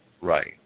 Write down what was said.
Right